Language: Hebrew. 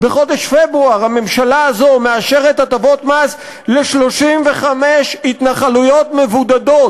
בחודש פברואר הממשלה הזאת מאשרת הטבות מס ל-35 התנחלויות מבודדות,